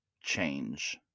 change